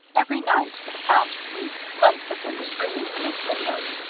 every night for the past week lights had been streaming from its windows,